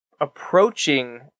Approaching